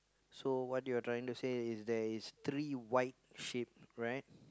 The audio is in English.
so what you are trying to say is there is three white sheep right